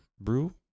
Brew